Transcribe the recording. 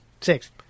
six